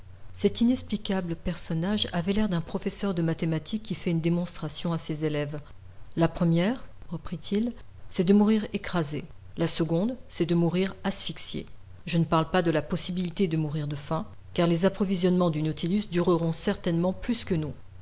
cet inexplicable personnage avait l'air d'un professeur de mathématiques qui fait une démonstration à ses élèves la première reprit-il c'est de mourir écrasés la seconde c'est de mourir asphyxiés je ne parle pas de la possibilité de mourir de faim car les approvisionnements du nautilus dureront certainement plus que nous